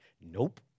Nope